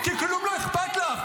כי כלום לא אכפת לך,